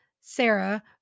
Sarah